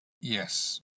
Yes